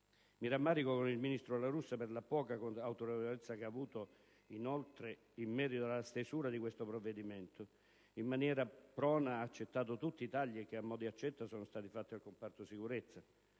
Mi rammarico con il ministro La Russa per la poca autorevolezza che ha dimostrato in merito alla stesura di questo provvedimento. In maniera prona ha accettato tutti i tagli che a mò di accetta si sono abbattuti sul comparto sicurezza: